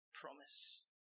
promise